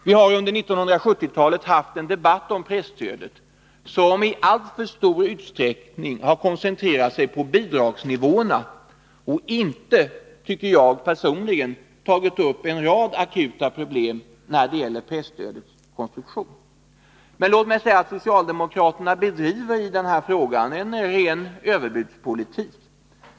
Vi har under 1970-talet haft en debatt om presstödet som i alltför stor utsträckning har koncentrerat sig på bidragsnivåerna och inte, tycker jag personligen, tagit upp en rad akuta problem när det gäller presstödets konstruktion. Låt mig säga att socialdemokraterna i den här frågan bedriver en ren överbudspolitik.